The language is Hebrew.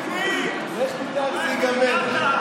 לך תדע איך זה ייגמר.